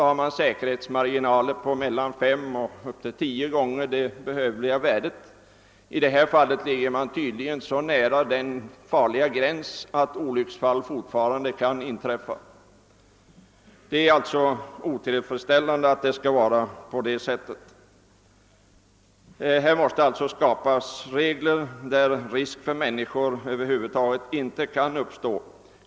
har man säkerhetsmarginaler på mellan fem och upp till tio gånger det behövliga värdet, men i detta fall håller man sig tydligen så nära den farliga gränsen att olycksfall kan inträffa. Det är otillfredsställande att det skall vara på detta sätt. Här måste skapas sådana regler, att några risker för människor över huvud taget inte kan uppstå.